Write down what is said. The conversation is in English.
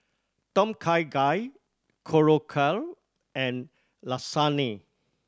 Tom Kha Gai Korokke and Lasagna